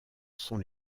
sont